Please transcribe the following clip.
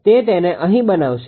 તે તેને અહીં બનાવશે